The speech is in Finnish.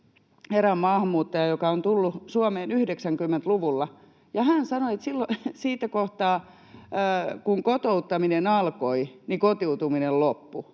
erään maahanmuuttajan, joka on tullut Suomeen 90-luvulla, ja hän sanoi, että siinä kohtaa, kun kotouttaminen alkoi, kotiutuminen loppui.